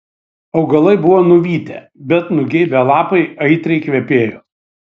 augalai buvo nuvytę bet nugeibę lapai aitriai kvepėjo